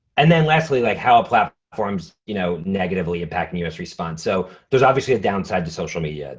and then lastly, like how ah platforms you know negatively impacting us response? so there's obviously a downside to social media.